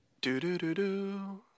Do-do-do-do